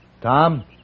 Tom